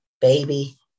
baby